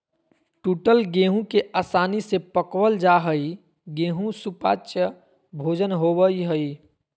टूटल गेहूं के आसानी से पकवल जा हई गेहू सुपाच्य भोजन होवई हई